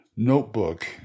Notebook